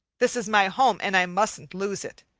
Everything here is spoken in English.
this is my home and i mustn't lose it.